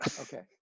Okay